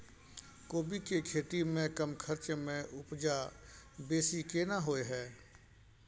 कोबी के खेती में कम खर्च में उपजा बेसी केना होय है?